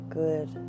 good